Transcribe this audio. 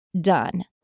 done